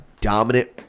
dominant